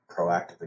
proactively